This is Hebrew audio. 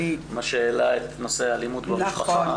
מה שהעלה את נושא האלימות במשפחה.